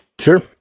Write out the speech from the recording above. Sure